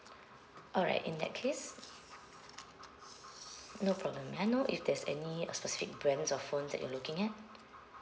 alright in that case no problem may I know if there's any uh specific brands of phone that you're looking at